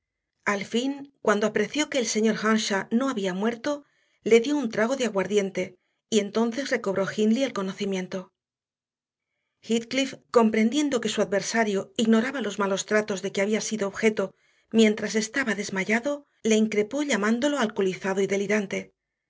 al fin cuando apreció que el señor earnshaw no había muerto le dio un trago de aguardiente y entonces recobró hindley el conocimiento heathcliff comprendiendo que su adversario ignoraba los malos tratos de que había sido objeto mientras se hallaba desmayado le increpó llamándolo alcoholizado y delirante